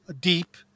deep